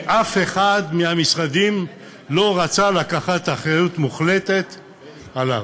שאף אחד מהמשרדים לא רצה לקחת אחריות מוחלטת עליו.